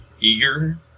eager